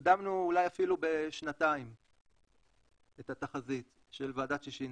הקדמנו אולי אפילו בשנתיים את התחזית של ועדת ששינסקי.